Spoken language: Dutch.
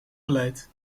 beleid